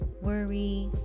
worry